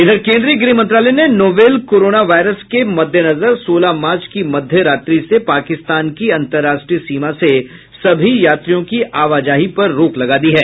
इधर केंद्रीय गृह मंत्रालय ने नोवल कोरोना वायरस के मद्देनजर सोलह मार्च की मध्यरात्रि से पाकिस्तान की अंतर्राष्ट्रीय सीमा से सभी यात्रियों की आवाजाही पर रोक लगा दी है